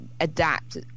adapt